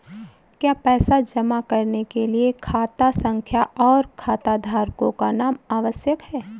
क्या पैसा जमा करने के लिए खाता संख्या और खाताधारकों का नाम आवश्यक है?